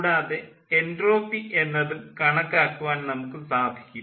കൂടാതെ എൻട്രോപ്പി എന്നതും കണക്കാക്കുവാൻ നമുക്കു സാധിക്കും